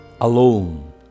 alone